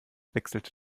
wechselte